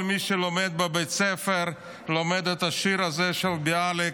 כל מי שלומד בבית ספר לומד את השיר הזה של ביאליק,